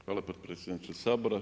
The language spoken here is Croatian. Hvala potpredsjedniče Sabora.